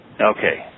Okay